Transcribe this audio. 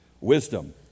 Wisdom